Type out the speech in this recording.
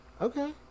Okay